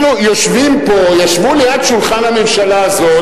אנחנו יושבים פה, ישבו ליד שולחן הממשלה הזאת